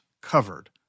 covered